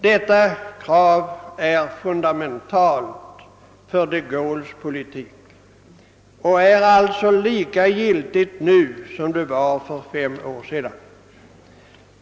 Detta krav är fundamentalt för de Gaulles politik och alltså lika giltigt nu som för fem år sedan.